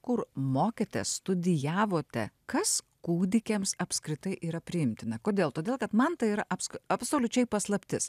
kur mokėtės studijavote kas kūdikiams apskritai yra priimtina kodėl todėl kad man tai yra abs absoliučiai paslaptis